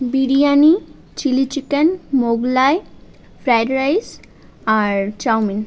biryani chilli chicken mughlai fried rice আর chowmein